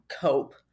cope